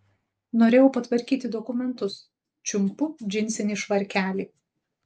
norėjau patvarkyti dokumentus čiumpu džinsinį švarkelį